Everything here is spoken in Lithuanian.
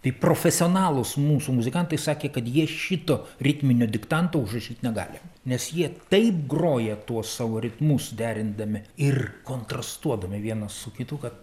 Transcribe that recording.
tai profesionalūs mūsų muzikantai sakė kad jie šito ritminio diktanto užrašyt negali nes jie taip groja tuos savo ritmus derindami ir kontrastuodami vienas su kitu kad